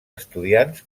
estudiants